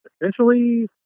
essentially